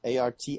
art